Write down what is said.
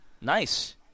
nice